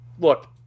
look